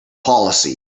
policy